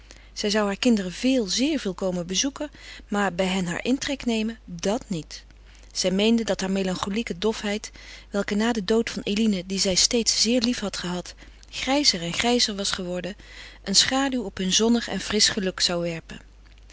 zij zou haar kinderen zeer veel bezoeken maar bij hen haar intrek nemen dat niet zij meende dat haar melancholieke dofheid welke na den dood van eline die zij steeds zeer lief had gehad grijzer en grijzer was geworden een schaduw op hun zonnig en frisch geluk zou werpen